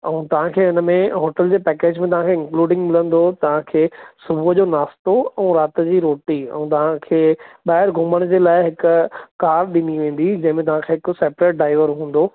अऊं तांखे हिन में होटल जे पैकेज में तव्हां खे इंक्लूडिंग मिलंदो तव्हां खे सुबुह जो नाश्तो अऊं राति जी रोटी अऊं तव्हां खे ॿाहिरि घुमण जे लाइ हिक कार ॾिनी वेंदी जंहिं में तव्हां खे हिकु सेपरेट ड्राइवर हूंदो